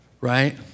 right